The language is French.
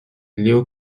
leo